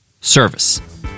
service